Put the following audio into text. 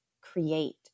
create